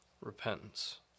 repentance